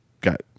got